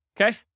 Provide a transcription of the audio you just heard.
Okay